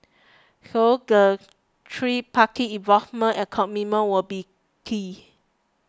so the tripartite involvement and commitment will be key